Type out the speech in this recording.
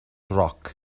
roc